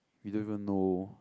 we don't even know